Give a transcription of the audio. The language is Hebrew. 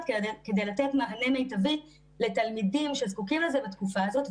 כדי לתת מענה מיטבי לתלמידים שזקוקים לזה בתקופה הזאת,